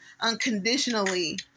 unconditionally